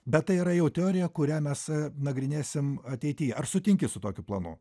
bet tai yra jau teorija kurią mes nagrinėsim ateityje ar sutinki su tokiu planu